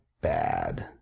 bad